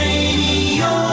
Radio